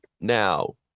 Now